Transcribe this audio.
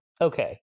Okay